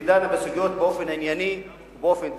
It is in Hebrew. שהיא דנה בסוגיות באופן ענייני ובאופן תכליתי.